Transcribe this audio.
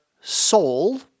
soul